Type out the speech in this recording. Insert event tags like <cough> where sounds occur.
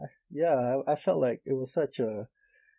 ya I I felt like it was such a <breath>